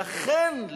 לכן,